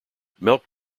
milk